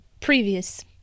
previous